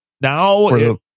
Now